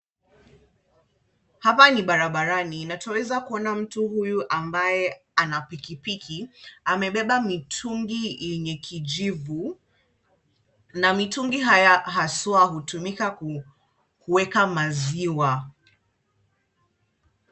Hapa ni barabarani. Na twaweza kuona mtu huyu ambaye ana pikipiki. Amebeba mitungi yenye kijivu. Na mitungi haya haswa hutumika kuweka maziwa.